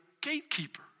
gatekeeper